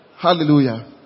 Hallelujah